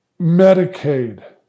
Medicaid